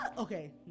Okay